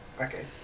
Okay